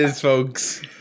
folks